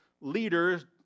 leaders